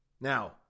Now